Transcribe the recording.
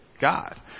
God